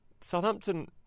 Southampton